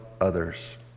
others